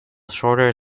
shorter